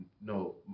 No